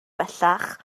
bellach